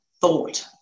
thought